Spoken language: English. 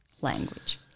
language